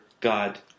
God